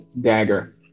dagger